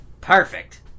Perfect